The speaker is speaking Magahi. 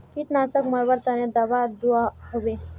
कीटनाशक मरवार तने दाबा दुआहोबे?